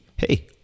Hey